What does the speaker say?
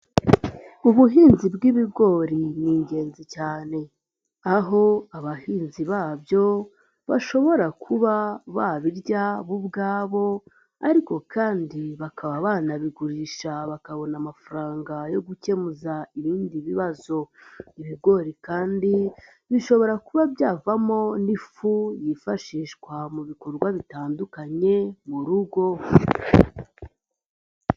Ubuhinzi bw'ibigori ni ingenzi cyane, aho abahinzi babyo, bashobora kuba babirya bo ubwabo, ariko kandi bakaba banabigurisha bakabona amafaranga yo gukemura ibindi bibazo, ibigori kandi bishobora kuba byavamo n'ifu yifashishwa mu bikorwa bitandukanye mu rugo.